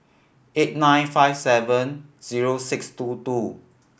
eight nine five seven zero six two two